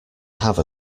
have